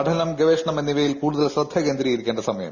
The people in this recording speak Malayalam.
പഠനം ഗവേഷണം എന്നിവയിൽ കൂടുതൽ ശ്രദ്ധ കേന്ദ്രീകരിക്കേണ്ട സമയം